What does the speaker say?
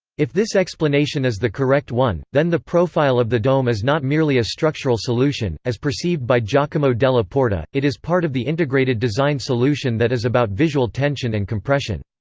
if this explanation is the correct one, then the profile of the dome is not merely a structural solution, as perceived by giacomo della porta it is part of the integrated design solution that is about visual tension and compression.